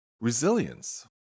Resilience